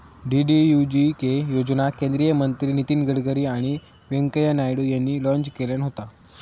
DDUGK योजना केंद्रीय मंत्री नितीन गडकरी आणि व्यंकय्या नायडू यांनी लॉन्च केल्यान होता